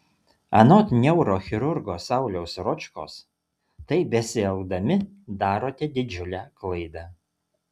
anot neurochirurgo sauliaus ročkos taip besielgdami darote didžiulę klaidą